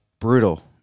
Brutal